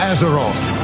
Azeroth